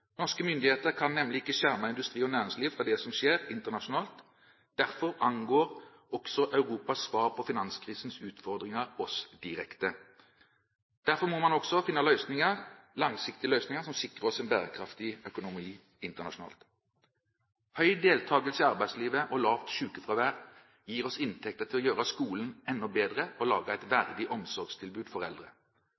Norske myndigheter kan nemlig ikke skjerme industri og næringsliv mot det som skjer internasjonalt. Derfor angår også Europas svar på finanskrisens utfordringer oss direkte. Derfor må man også finne langsiktige løsninger som sikrer oss en bærekraftig økonomi internasjonalt. Høy deltakelse i arbeidslivet og lavt sykefravær gir oss inntekter til å gjøre skolen enda bedre og å lage et